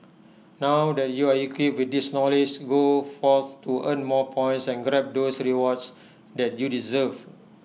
now that you're equipped with this knowledge go forth to earn more points and grab those rewards that you deserve